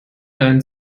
deinen